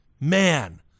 Man